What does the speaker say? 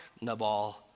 Nabal